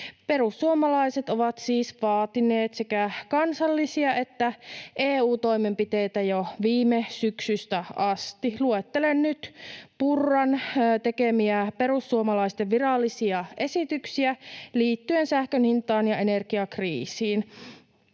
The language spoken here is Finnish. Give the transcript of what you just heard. Perussuomalaiset ovat siis vaatineet sekä kansallisia että EU-toimenpiteitä jo viime syksystä asti. Luettelen nyt Purran tekemiä perussuomalaisten virallisia esityksiä liittyen sähkön hintaan ja energiakriisiin.